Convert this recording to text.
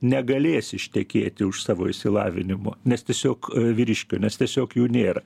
negalės ištekėti už savo išsilavinimo nes tiesiog vyriškio nes tiesiog jų nėra